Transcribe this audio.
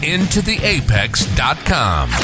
IntoTheApex.com